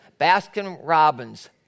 Baskin-Robbins